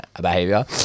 behavior